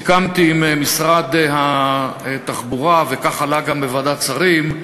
סיכמתי עם משרד התחבורה, וכך עלה גם בוועדת שרים,